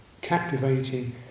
captivating